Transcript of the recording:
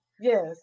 Yes